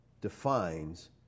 defines